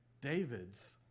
David's